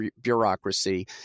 bureaucracy